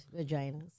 vaginas